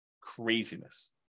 Craziness